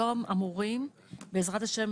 היום אמורים בעזרת ה'